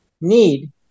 need